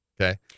okay